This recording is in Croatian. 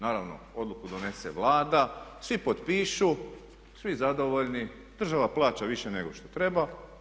Naravno odluku donese Vlada, svi potpišu, svi zadovoljni, država plaća više nego što treba.